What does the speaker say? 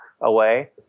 away